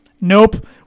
Nope